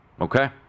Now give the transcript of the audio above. Okay